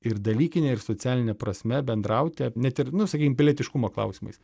ir dalykine ir socialine prasme bendrauti net ir nu sakykim pilietiškumo klausimais